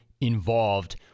involved—